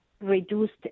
reduced